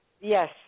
Yes